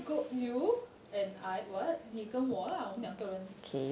you and I what 你跟我啦我们两个人